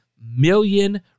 million